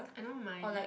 I don't mind